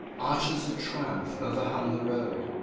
arches of triumph overhung the road.